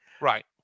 Right